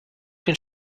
den